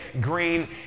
green